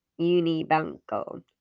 Unibanco